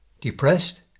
Depressed